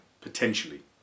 potentially